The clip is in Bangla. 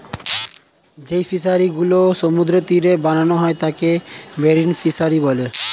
যেই ফিশারি গুলো সমুদ্রের তীরে বানানো হয় তাকে মেরিন ফিসারী বলে